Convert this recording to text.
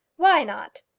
why not?